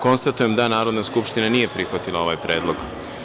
Konstatujem da Narodna skupština nije prihvatila ovaj predlog.